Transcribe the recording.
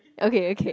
okay okay